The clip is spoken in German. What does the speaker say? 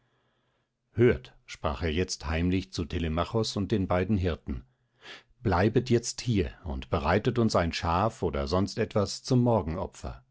hört sagte er jetzt heimlich zu telemachos und den beiden hirten bleibet jetzt hier und bereitet uns ein schaf oder sonst etwas zum